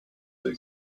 they